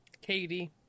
Katie